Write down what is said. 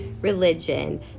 religion